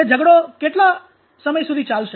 તે ઝગડો કેટલો સમય સુધી ચાલશે